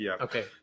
Okay